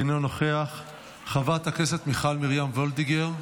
אינו נוכח, חברת הכנסת מיכל מרים וולדיגר,